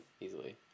easily